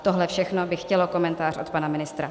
Tohle všechno by chtělo komentář od pana ministra.